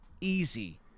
easy